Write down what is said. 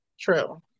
True